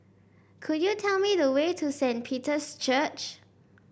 could you tell me the way to Saint Peter's Church